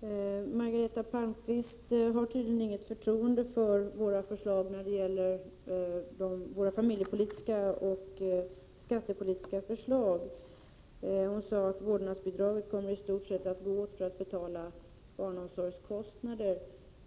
Herr talman! Margareta Palmqvist har tydligen inget förtroende för våra familjepolitiska och skattepolitiska förslag. Hon sade att vårdnadsbidraget i stort sett kommer att gå åt för barnomsorgskostnader.